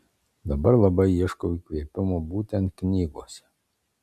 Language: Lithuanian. dabar labai ieškau įkvėpimo būtent knygose